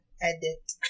edit